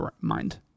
mind